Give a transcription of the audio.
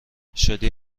شدی